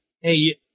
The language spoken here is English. Hey